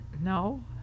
no